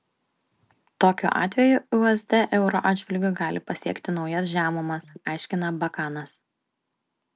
tokiu atveju usd euro atžvilgiu gali pasiekti naujas žemumas aiškina bakanas